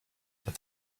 but